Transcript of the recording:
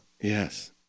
Yes